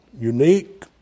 unique